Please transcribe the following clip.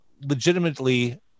legitimately